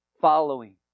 following